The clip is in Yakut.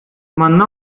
манна